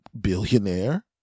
billionaire